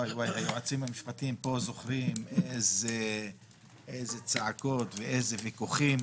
היועצים המשפטיים פה זוכרים אילו צעקות ואילו ויכוחים